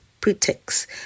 pretext